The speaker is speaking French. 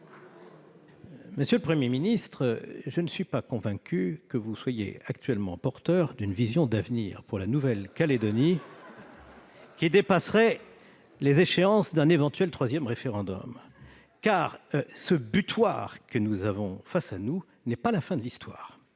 Monsieur le Premier ministre, je ne suis pas convaincu que vous soyez actuellement porteur d'une vision d'avenir pour la Nouvelle-Calédonie qui dépasserait l'échéance d'un éventuel troisième référendum ... Ça, c'est sûr ! Ce butoir que nous avons face à nous n'est en effet pas la fin de l'Histoire,